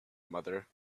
mother